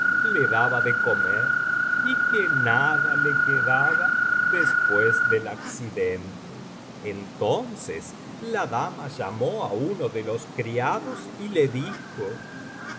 le daba de comer y que nada le quedaba después del accidente entonces la dama llamó á uno de los criados y le dijo